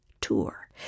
tour